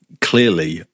clearly